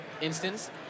instance